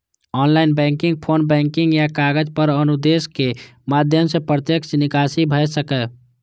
online banking, phone banking या कागज पर अनुदेशक माध्यम सं प्रत्यक्ष निकासी भए सकैए